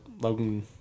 Logan